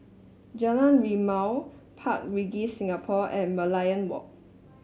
Jalan Rimau Park Regis Singapore and Merlion Walk